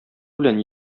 белән